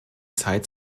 zeit